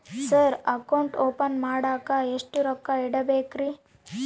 Sir account open ಮಾಡಾಕ ಎಷ್ಟು ರೊಕ್ಕ ಇಡಬೇಕ್ರಿ?